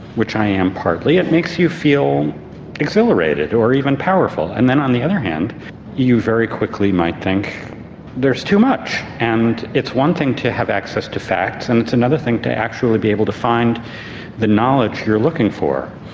which i am partly, it makes you feel exhilarated or even powerful. and then on the other hand you very quickly might think there is too much, and it is one thing to have access to facts and it's another thing to actually be able to find the knowledge you're looking for.